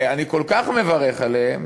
אני כל כך מברך עליהם